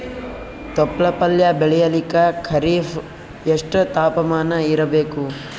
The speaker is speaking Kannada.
ತೊಪ್ಲ ಪಲ್ಯ ಬೆಳೆಯಲಿಕ ಖರೀಫ್ ಎಷ್ಟ ತಾಪಮಾನ ಇರಬೇಕು?